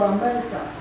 America